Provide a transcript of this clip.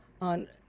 on